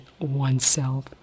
oneself